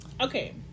Okay